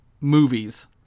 movies